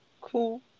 Cool